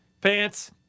Pants